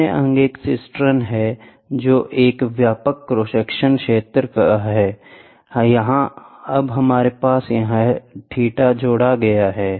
अन्य अंग एक सिस्टर्न है जो एक व्यापक क्रॉस सेक्शन क्षेत्र का है अब हमारे पास यह θ जोड़ा गया है